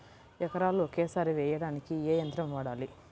ఎకరాలు ఒకేసారి వేయడానికి ఏ యంత్రం వాడాలి?